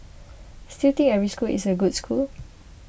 still think every school is a good school